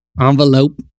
envelope